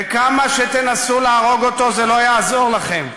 וכמה שתנסו להרוג אותו, זה לא יעזור לכם.